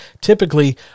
typically